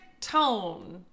tone